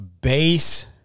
base